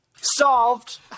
Solved